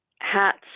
hats